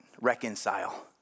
reconcile